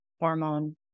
hormone